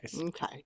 okay